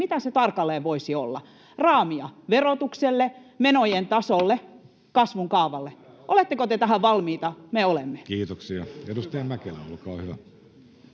mitä se tarkalleen voisi olla: raamia verotukselle, menojen tasolle, kasvun kaavalle. [Sinuhe Wallinheimon välihuuto] Oletteko te tähän valmiita? Me olemme. Kiitoksia. — Edustaja Mäkelä, olkaa hyvä.